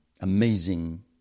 amazing